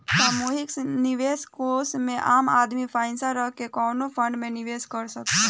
सामूहिक निवेश कोष में आम आदमी पइसा रख के कवनो फंड में निवेश कर सकता